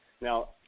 Now